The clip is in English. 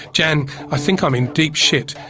jan i think i'm in deep shit,